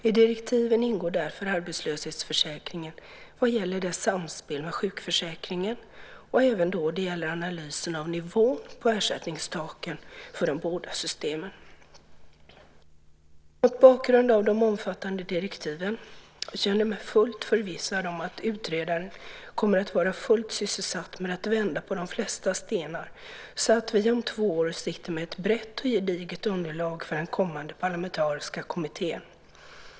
I direktiven ingår därför arbetslöshetsförsäkringen vad gäller dess samspel med sjukförsäkringen och även då det gäller analysen av nivån på ersättningstaken för de båda systemen. Mot bakgrund av de omfattande direktiven känner jag mig fullt förvissad om att utredaren kommer att vara fullt sysselsatt med att vända på de flesta stenar så att vi om två år sitter med ett brett och gediget underlag för den kommande parlamentariska kommittén.